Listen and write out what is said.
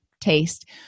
taste